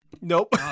Nope